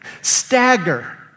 Stagger